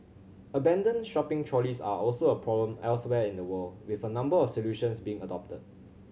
abandoned shopping trolleys are also a problem elsewhere in the world with a number of solutions being adopted